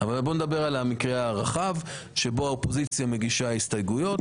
אבל נדבר על המקרה הרחב בו האופוזיציה מגישה הסתייגויות